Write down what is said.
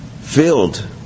filled